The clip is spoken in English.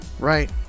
Right